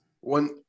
one